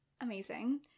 amazing